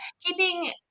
keeping